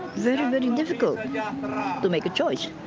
very difficult yeah to make a choice.